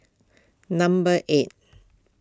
number eight